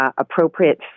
appropriate